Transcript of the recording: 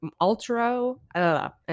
ultra